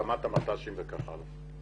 הקמת המט"שים וכך הלאה.